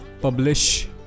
publish